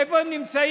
איפה הם נמצאים,